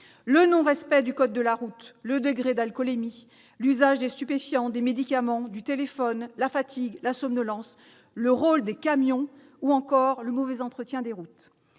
le non-respect du code de la route, le degré d'alcoolémie, l'usage des stupéfiants, des médicaments, du téléphone, la fatigue, la somnolence, le rôle des camions ou encore le mauvais entretien des routes.